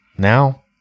Now